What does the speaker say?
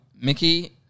Mickey